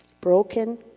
broken